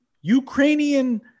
Ukrainian